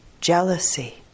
jealousy